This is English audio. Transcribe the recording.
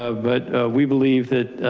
ah but we believe that,